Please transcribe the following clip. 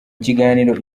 kiganiro